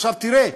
עכשיו תראה,